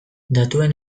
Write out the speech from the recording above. datuen